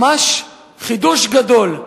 ממש חידוש גדול.